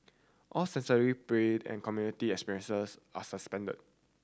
all sensory and community experiences are suspended